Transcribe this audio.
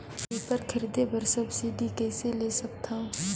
Reaper खरीदे बर subsidy कइसे ले सकथव?